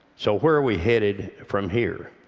so where are we headed from here?